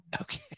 Okay